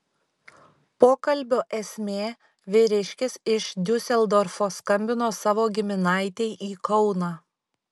pokalbio esmė vyriškis iš diuseldorfo skambino savo giminaitei į kauną